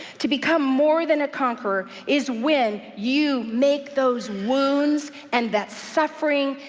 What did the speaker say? to become more than a conqueror is when you make those wounds, and that suffering,